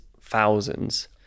thousands